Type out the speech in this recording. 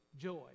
Joy